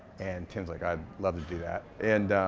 and, tim's like i'd love to do that. and,